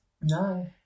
No